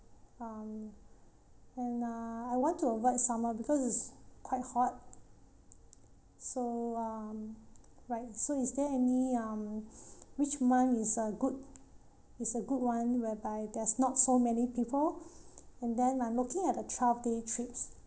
um and uh I want to avoid summer because it's quite hot so um right so is there any um which month is a good is a good one whereby there's not so many people and then I'm looking at a twelve days trip